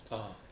ah